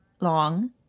long